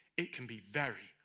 it can be very,